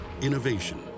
Innovation